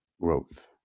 growth